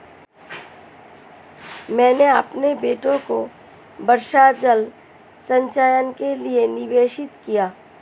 मैंने अपने बेटे को वर्षा जल संचयन के लिए निर्देशित किया